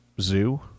zoo